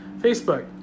Facebook